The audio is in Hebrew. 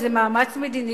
איזה מאמץ מדיני,